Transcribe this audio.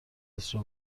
کسی